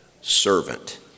servant